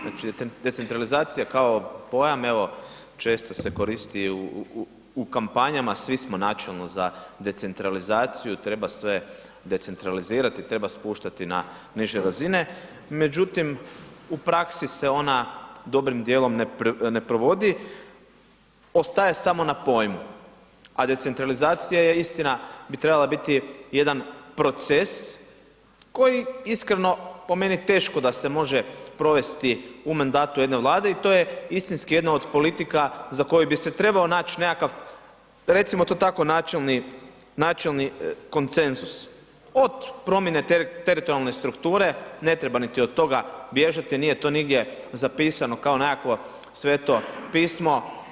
Znači, decentralizacija kao pojam evo često se koristi u kampanjama, svi smo načelo za decentralizaciju, treba sve decentralizirati, treba spuštati na niže razine, međutim u praksi se ona dobrim dijelom ne provodi, ostaje samo na pojmu, a decentralizacija je, istina bi trebala biti jedan proces koji iskreno po meni teško da se može provesti u mandatu jedne Vlade, i to je istinski jedno od politika za koju bi se trebao naći nekakav, recimo to tako načelni konsenzus, od promjene teritorijalne strukture, ne treba niti od toga bježati, nije to nigdje zapisano kao nekakvo sveto pismo.